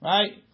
Right